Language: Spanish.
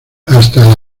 hasta